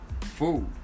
Food